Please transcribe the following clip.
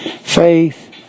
Faith